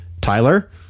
Tyler